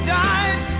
died